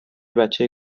بچه